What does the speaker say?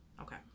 Okay